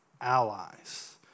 allies